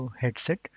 headset